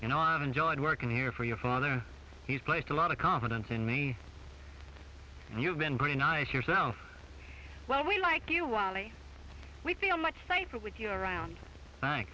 you know i've enjoyed working here for your father he's played a lot of confidence in me and you've been pretty nice yourself well we like you while we feel much safer with you around